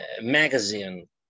magazine